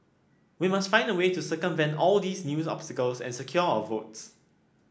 we must find a way to circumvent all these new obstacles and secure our votes